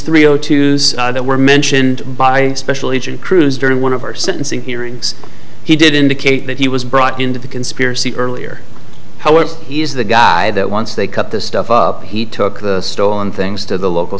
three zero twos that were mentioned by special agent cruz during one of our sentencing hearings he did indicate that he was brought into the conspiracy earlier however he is the guy that once they cut this stuff up he took the stolen things to the local